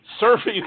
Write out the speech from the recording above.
surfing